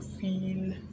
feel